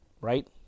right